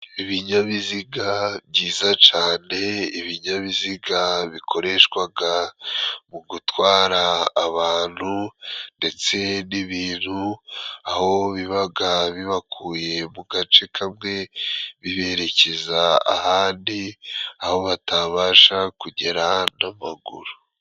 Ibinyabiziga byiza cane ,ibinyabiziga bikoreshwaga mu gutwara abantu ndetse n'ibintu aho bibaga bibakuye mu gace kamwe biberekeza ahandi, aho batabasha kugera n'amaguru.